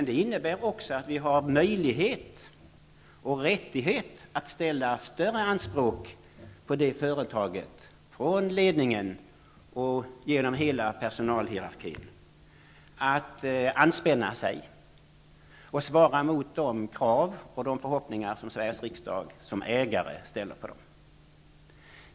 Det innebär också att vi har möjlighet och rättighet att ställa större anspråk på företaget, på ledningen och hela personalhierarkin, att anspänna sig och svara mot de krav och de förhoppningar som Sveriges riksdag som ägare ställer på dem.